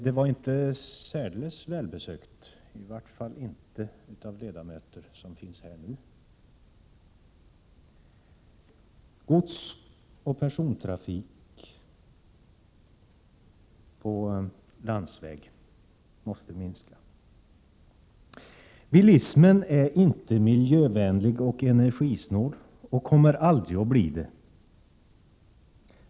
Det var inte särdeles välbesökt, i vart fall inte av ledamöter som finns här nu. Godsoch persontrafik på landsväg måste minska. Bilismen är inte miljövänlig och energisnål och kommer aldrig att bli det.